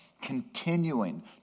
continuing